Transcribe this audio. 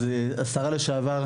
אז השרה לשעבר,